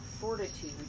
fortitude